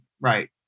right